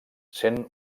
sent